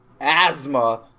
Asthma